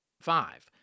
five